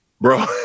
Bro